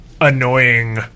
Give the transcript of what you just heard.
annoying